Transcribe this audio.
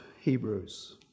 Hebrews